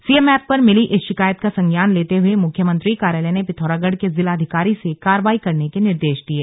CM app पर मिली इस शिकायत का संज्ञान लेते हुए मुख्यमंत्री कार्यालय ने पिथौरागढ़ के जिलाधिकारी से कार्रवाई करने के निर्देश दिये